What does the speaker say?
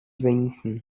sinken